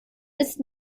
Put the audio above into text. ist